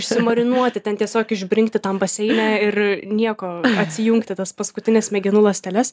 išsimarinuoti ten tiesiog išbrinkti tam baseine ir nieko atsijungti paskutines smegenų ląsteles